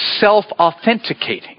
self-authenticating